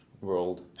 world